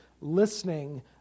listening